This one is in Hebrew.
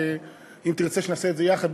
אם תרצה שנעשה את זה יחד,